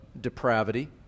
depravity